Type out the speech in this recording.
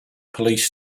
police